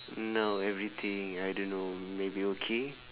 now everything I don't know maybe okay